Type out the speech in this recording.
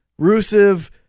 Rusev